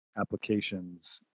applications